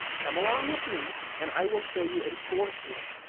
come along with me and i will show you a fourth way,